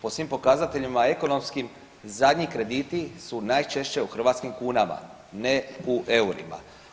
Po svim pokazateljima ekonomskim zadnji krediti su najčešće u hrvatskim kunama, ne u eurima.